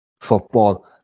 football